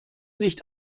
nicht